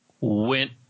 went